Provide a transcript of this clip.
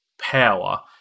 power